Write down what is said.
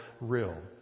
real